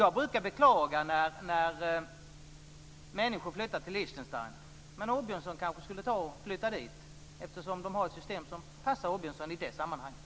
Jag brukar beklaga när människor flyttar till Liechtenstein, men Åbjörnsson kanske ska flytta dit eftersom där finns ett system som passar Åbjörnsson i sammanhanget.